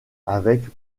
avec